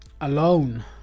Alone